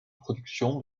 production